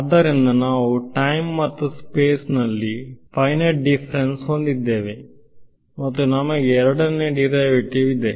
ಆದ್ದರಿಂದ ನಾವು ಟೈಮ್ ಮತ್ತು ಸ್ಪೇಸ್ ನಲ್ಲಿ ಫೈನೈಟ್ ಡಿಫರೆನ್ಸ್ ಹೊಂದಿದ್ದೇವೆ ಮತ್ತು ನಮಗೆ ಎರಡನೇ ಡಿರೈವೇಟಿವ್ ಇದೆ